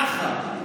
ככה.